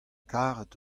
karet